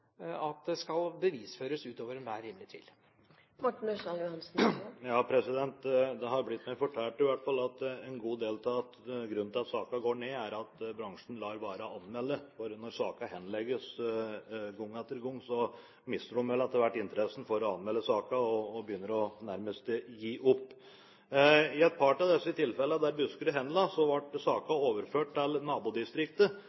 at det skal bevisføres utover enhver rimelig tvil. Det har blitt meg fortalt at i hvert fall mye av grunnen til at antall saker går ned, er at bransjen lar være å anmelde, for når sakene henlegges gang etter gang, mister en vel etter hvert interessen for å anmelde sakene, og begynner nærmest å gi opp. I et par av disse tilfellene der man henla i Buskerud, ble